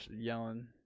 yelling